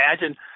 imagine –